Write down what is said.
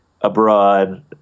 abroad